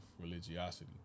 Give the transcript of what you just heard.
religiosity